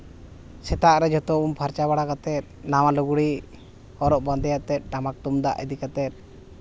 ᱥᱮᱛᱟᱜ ᱨᱮ ᱡᱚᱛᱚ ᱩᱢ ᱯᱷᱟᱨᱪᱟ ᱠᱟᱛᱮᱫ ᱱᱟᱣᱟ ᱞᱩᱜᱽᱲᱤᱡ ᱦᱚᱨᱚᱜ ᱵᱟᱸᱫᱮ ᱠᱟᱛᱮᱫ ᱴᱟᱢᱟᱠ ᱛᱩᱢᱫᱟᱜ ᱤᱫᱤ ᱠᱟᱛᱮᱫ